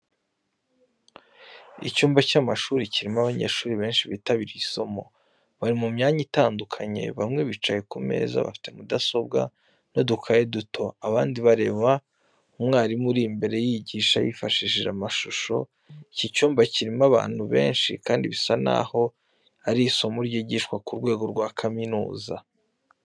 Icyumba cy’amashuri kirimo abanyeshuri benshi bitabiriye isomo. Bari mu myanya itandukanye, bamwe bicaye ku meza bafite mudasobwa n’udukaye duto, abandi bareba umwarimu uri imbere yigisha yifashishije amashusho. Iki cyumba kirimo abantu benshi, kandi bisa n'aho ari isomo ryigishwa ku rwego rwa kaminuza.